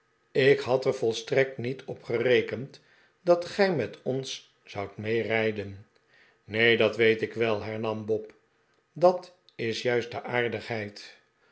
ik bad er volstrekt niet op gerekend dat gij met ons zoudt meerijden neen dat weet ik wel hernam bob dat is juist de aardigheid